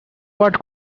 what